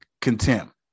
contempt